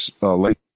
late